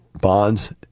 bonds